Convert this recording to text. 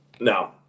No